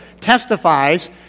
testifies